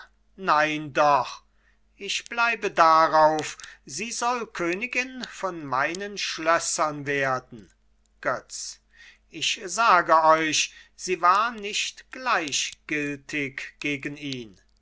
nein doch ich bleibe darauf sie soll königin von meinen schlössern werden götz ich sage euch sie war nicht gleichgültig gegen ihn